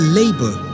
labor